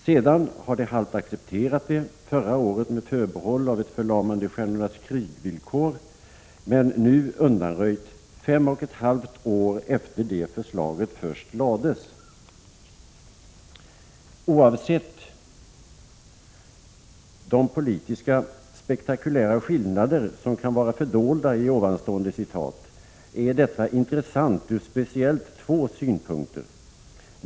Sedan har de halvt accepterat det, förra året med förbehåll av ett förlamande stjärnornas-krig-villkor, som nu undanröjts, fem och ett halvt år efter det att förslaget först lades fram. Oavsett de politiskt spektakulära skillnader som kan vara fördolda i det anförda citatet är detta intressant från speciellt två synpunkter.